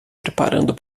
preparando